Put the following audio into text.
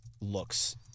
looks